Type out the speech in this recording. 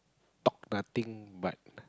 talk nothing but